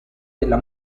della